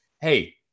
hey